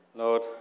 Lord